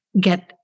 get